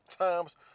times